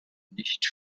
nicht